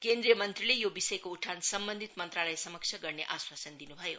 केन्द्रीय मंत्रीले यो विषयको उठान सम्वन्धित मंत्रालयसमक्ष गर्ने आश्वासन दिनु भयो